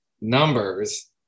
numbers